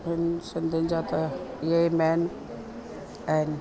हिन सिंधियुनि जा त इहो ई मेन आहिनि